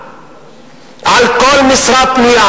על כל משרה פנויה,